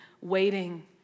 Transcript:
waiting